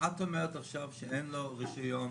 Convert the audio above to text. את אומרת עכשיו שאין לו רשיון